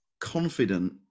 confident